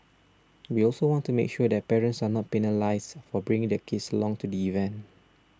we also want to make sure that parents are not penalised for bringing their kids along to the event